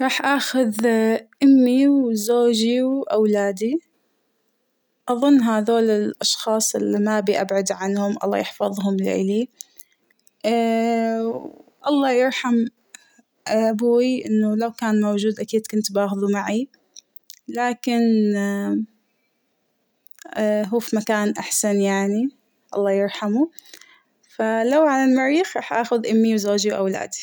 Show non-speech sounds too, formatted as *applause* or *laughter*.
راح أخذ أمى وزوجى وأولادى ، أظن هادول الأشخاص اللى مابى أبعد عنهم الله يحفظهم لإلى و *hesitation* الله يرحم أبوى أنه لو كان موجود أكيد كنت باخده معى ، لكن *hesitation* هو فى مكان أحسن يعنى الله يرحمه ، فالو على المريخ راح أخد امى وزوجى وأولادى.